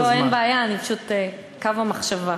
לא, אין בעיה, פשוט קו המחשבה,